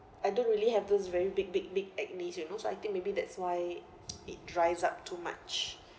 I don't really have those very big big big acnes you know so I think maybe that's why it dries up too much